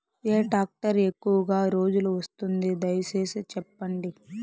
ఏ tractor ఎక్కువగా రోజులు వస్తుంది, దయసేసి చెప్పండి?